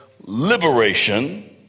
liberation